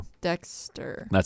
Dexter